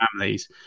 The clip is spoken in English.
families